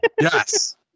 Yes